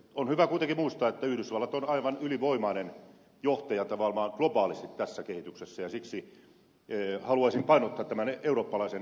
on kuitenkin hyvä muistaa että yhdysvallat on globaalisti aivan ylivoimainen johtaja tässä kehityksessä ja siksi haluaisin painottaa tämän eurooppalaisen yhteistyön merkitystä